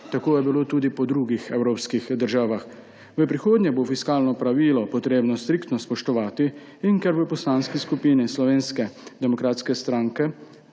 Tako je bilo tudi po drugih evropskih državah. V prihodnje bo fiskalno pravilo treba striktno spoštovati. Ker se v Poslanski skupini Slovenske demokratske stranke